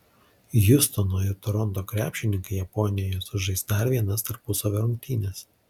hjustono ir toronto krepšininkai japonijoje sužais dar vienas tarpusavio rungtynes